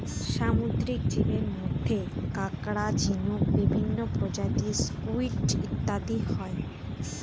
সামুদ্রিক জীবের মধ্যে কাঁকড়া, ঝিনুক, বিভিন্ন প্রজাতির স্কুইড ইত্যাদি হয়